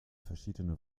verschiedene